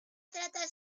trata